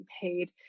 paid